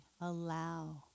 allow